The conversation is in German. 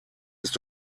ist